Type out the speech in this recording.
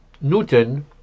Newton